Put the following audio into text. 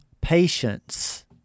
patience